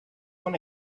own